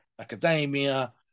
academia